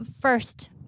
first